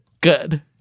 Good